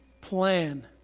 plan